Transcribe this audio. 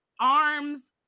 arms